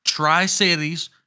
Tri-Cities